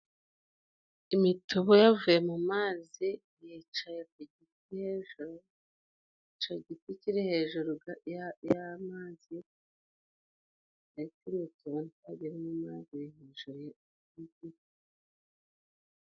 Imitubu yavuye mu mazi yicaye ku giti hejuru, ico giti kiri hejuru y'amazi ,ariko imitubu ntago iri mu mazi yicaye hejuru y'igiti.